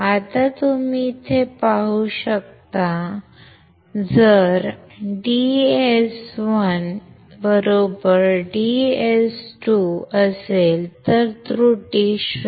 आता तुम्ही इथे पाहू शकता की जर माझ्याकडे VDS1 VDS2 असेल तर त्रुटी 0